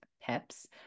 peps